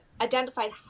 identified